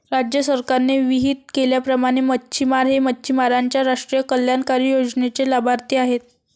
राज्य सरकारने विहित केल्याप्रमाणे मच्छिमार हे मच्छिमारांच्या राष्ट्रीय कल्याणकारी योजनेचे लाभार्थी आहेत